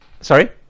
sorry